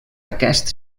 aquest